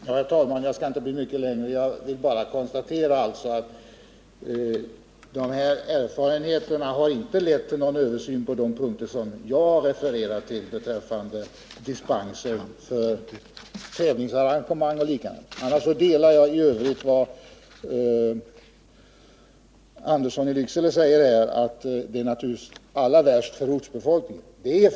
Herr talman! Jag skall inte förlänga debatten mycket. Låt mig bara konstatera att erfarenheterna inte har lett till någon översyn på de punkter som jag refererat till beträffande dispenser för tävlingsarrangemang och liknande. I övrigt delar jag Georg Anderssons uppfattning att det naturligtvis är allra värst för ortsbefolkningen.